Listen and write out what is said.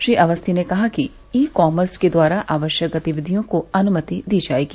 श्री अवस्थी ने कहा कि ई कॉमर्स के द्वारा आवश्यक गतिविधियों को अनुमति दी जाएगी